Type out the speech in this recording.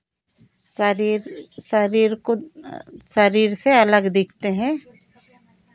शरीर शरीर को शरीर से अलग दिखते हैं